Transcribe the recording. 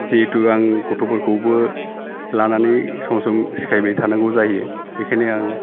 जिहेतु आं गथ'फोरखौबो लानानै सम सम सिखायबाय थानांगौ जायो बेखायनो आं